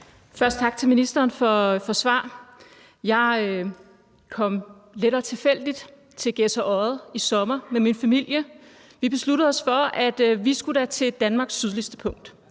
sige tak til ministeren for svaret. Jeg kom lettere tilfældigt til Gedser Odde i sommer med min familie. Vi besluttede os for, at vi da skulle til Danmarks sydligste punkt,